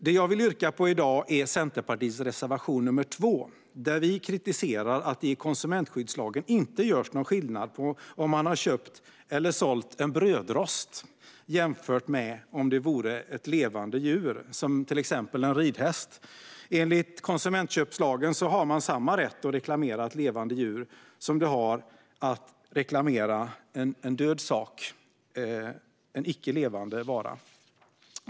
Det jag vill yrka bifall till i dag är Centerpartiets reservation 2, där vi kritiserar att det i konsumentskyddslagen inte görs någon skillnad på om man köpt eller sålt en brödrost jämfört med om det vore ett levande djur, som till exempel en ridhäst. Enligt konsumentköplagen har man samma rätt att reklamera ett levande djur som att reklamera en död sak, en icke levande vara.